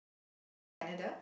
even in Canada